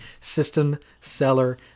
system-seller